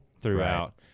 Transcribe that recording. throughout